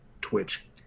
twitch